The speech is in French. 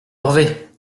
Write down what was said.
corvée